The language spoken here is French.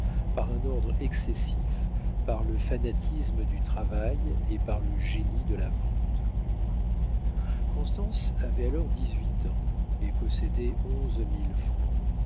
par un ordre excessif par le fanatisme du travail et par le génie de la vente constance avait alors dix-huit ans et possédait onze mille francs